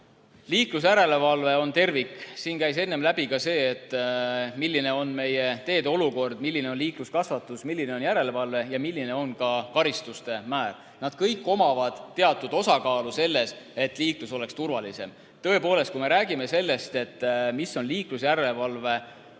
Liiklusjärelevalve on tervik. Siin käis enne läbi ka see, milline on meie teede olukord, milline on liikluskasvatus, milline on järelevalve ja milline on karistuste määr. Nad kõik omavad teatud osakaalu selles, et liiklus oleks turvalisem. Tõepoolest, kui me räägime sellest, mis on liiklusjärelevalve